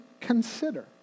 consider